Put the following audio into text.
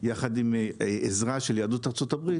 יחד עם עזרה של יהדות ארצות הברית,